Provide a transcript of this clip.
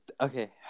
okay